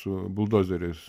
su buldozeriais